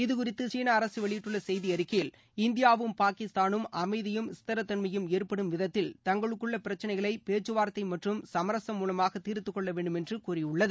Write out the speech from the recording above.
இதுகுறித்து சீளா அரசு வெளியிட்டுள்ள செய்தி அறிக்கையில் இந்தியாவும் பாகிஸ்தானும் அமைதியும் ஸ்திரத்தன்மயும் ஏற்படும் விதத்தில் தங்களுக்குள்ள பிரச்சனைகளை பேச்சுவாா்த்தை மற்றும் சமரச மூலமாக தீர்த்துக்கொள்ள வேண்டுமென்று கூறியுள்ளது